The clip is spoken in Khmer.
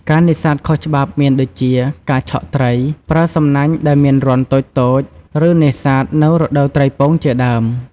ការនេសាទខុសច្បាប់មានដូចជា ការឆក់ត្រី ប្រើសំណាញ់ដែលមានរន្ធតូចៗ ឬ នេសាទនៅរដូវត្រីពងជាដើម។